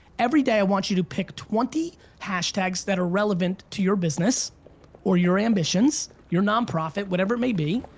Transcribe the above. every day i want you to pick twenty hashtags that are relevant to your business or your ambitions your nonprofit, whatever it may be.